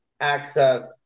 access